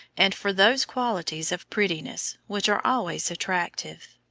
and for those qualities of prettiness which are always attractive.